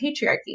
patriarchy